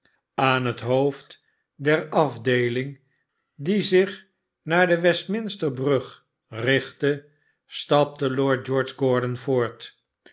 aan het hoofd der afdeeling die zich naar de westminster brug richtte stapte lord george gordon voort